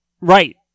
Right